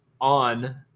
on